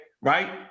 right